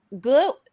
good